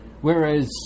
Whereas